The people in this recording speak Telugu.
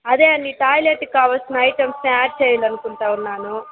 అదే అండి టాయిలెట్కి కావాల్సిన ఐటమ్స్ యాడ్ చేయాలనుకుంటున్నాను